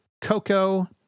Coco